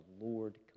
Lord